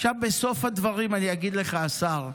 בסוף הדברים, אני אגיד לך, השר: